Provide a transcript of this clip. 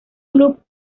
club